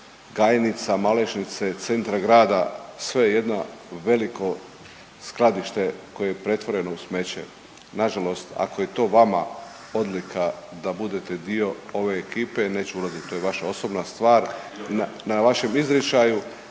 Gajnica, Malešnice, centra grada, sve je jedno veliko skladište koje je pretvoreno u smeće. Nažalost ako je to vama odlika da budete dio ove ekipe, neću ulaziti, to je vaša osobna stvar, na vašem izričaju,